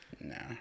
no